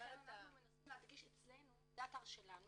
מה